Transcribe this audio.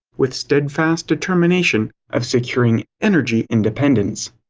with steadfast determination of securing energy independence.